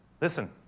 Listen